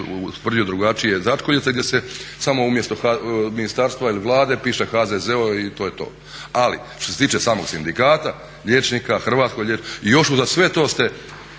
tvrdio drugačije začkoljica gdje se samo umjesto ministarstva ili Vlade piše HZZO i to je to. Ali što se tiče samog sindikata liječnika, hrvatskog liječnika, i još uza sve to ste